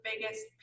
biggest